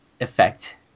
effect